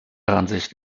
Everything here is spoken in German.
ansicht